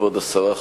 כבוד השרה,